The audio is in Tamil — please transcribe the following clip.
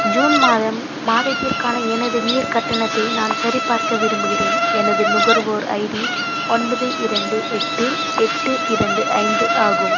ஜூன் மாதம் மாதத்திற்கான எனது நீர் கட்டணத்தை நான் சரிபார்க்க விரும்புகிறேன் எனது நுகர்வோர் ஐடி ஒன்பது இரண்டு எட்டு எட்டு இரண்டு ஐந்து ஆகும்